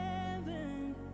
heaven